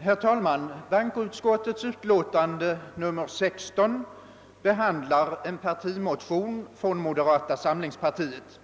Herr talman! Bankoutskottets utlåtande nr 16 behandlar en partimotion från moderata samlingspartiet.